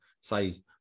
say